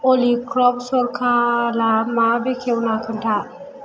अली crop सोरकोलआ मा बेखेवना खोन्था